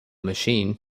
machine